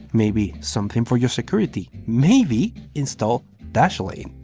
maybe something for your security? maybe install dashlane.